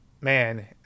man